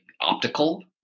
optical